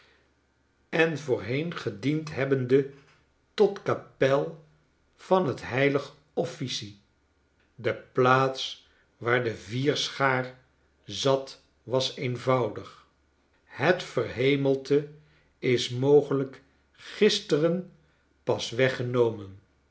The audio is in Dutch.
en voorheen gediend hebbende tot kapel van het heilig officie de plaats waar de vierschaar zat was eenvoudig het verhemelte is mogelijk gisteren pas weggenomen